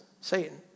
Satan